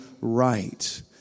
Right